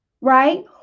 right